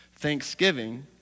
Thanksgiving